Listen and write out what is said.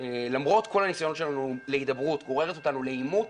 למרות כל הניסיונות שלנו להידברות, לעימות